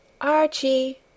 Archie